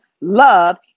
love